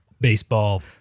baseball